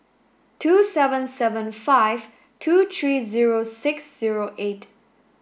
two seven seven five two three zero six zero eight